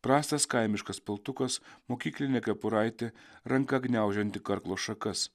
prastas kaimiškas paltukas mokyklinė kepuraitė ranka gniaužianti karklo šakas